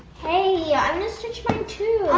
hey i um gonna stretch mine too.